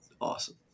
awesome